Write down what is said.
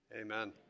amen